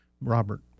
Robert